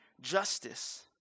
justice